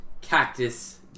Cactus